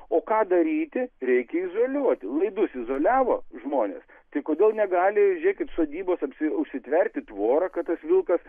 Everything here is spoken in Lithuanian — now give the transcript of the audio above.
o ką daryti reikia izoliuoti laidus izoliavo žmonės tai kodėl negali žiūrėkit sodybos apsi užsitverti tvorą kad tas vilkas